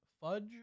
Fudge